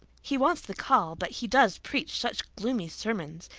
he wants the call but he does preach such gloomy sermons.